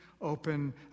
open